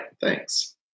Thanks